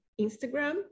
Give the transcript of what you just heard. Instagram